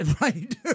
Right